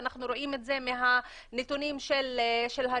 ואנחנו רואים את זה מהנתונים של הרווחה,